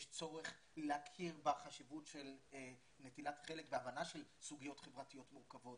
יש צורך להכיר בחשיבות של נטילת חלק בהבנה של סוגיות חברתיות מורכבות